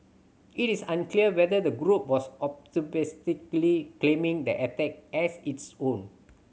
it is unclear whether the group was claiming the attack as its own